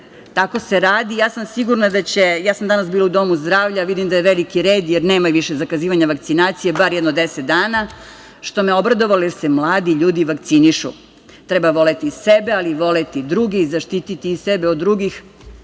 se radi. Ja sam sigurna da će, danas sam bila u domu zdravlja, vidim da je veliki red, jer nema više zakazivanja vakcinacije, bar jedno deset dana što me obradovalo, jer se mladi ljudi vakcinišu. Treba voleti sebe, ali i voleti druge i zaštiti sebe od drugih,